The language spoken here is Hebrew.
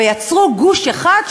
ויצרו גוש אחד,